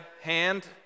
hand